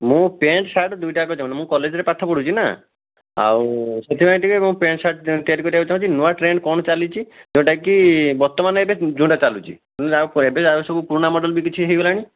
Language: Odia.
ମୁଁ ପ୍ୟାଣ୍ଟ୍ ସାର୍ଟ୍ ଦୁଇଟା ଯାକ ଚାହୁଁଛି ମୁଁ କଲେଜରେ ପାଠପଢ଼ୁଛି ନା ଆଉ ସେଥିପାଇଁ ଟିକେ ମୁଁ ପ୍ୟାଣ୍ଟ୍ ସାର୍ଟ୍ ତିଆରି କରିବାକୁ ଚାହୁଁଛି ନୂଆ ଟ୍ରେଣ୍ଡ କ'ଣ ଚାଲିଛି ଯେଉଁଟା କି ବର୍ତ୍ତମାନ ଏବେ ଯେଉଁଟା ଚାଲୁଛି ଆଉ ଏବେ ଆଉ ସବୁ ପୁରୁଣା ମଡ଼େଲ୍ ବି କିଛି ହେଇଗଲାଣି